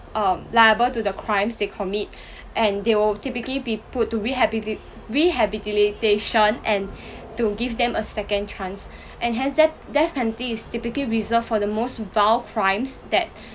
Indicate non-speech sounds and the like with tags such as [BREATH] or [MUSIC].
um liable to the crimes they commit [BREATH] and they will typically be put to rehabili~ rehabilitation and to give them a second chance [BREATH] and hence death death penalty is typically reserved for the most vile crimes that